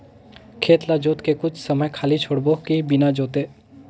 खेत ल जोत के कुछ समय खाली छोड़बो कि बिना जोते?